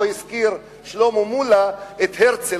פה הזכיר שלמה מולה את הרצל,